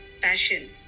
passion